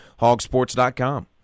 hogsports.com